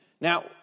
Now